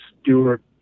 Stewart